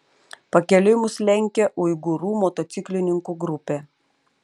pakeliui mus lenkė uigūrų motociklininkų grupė